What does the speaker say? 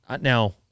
now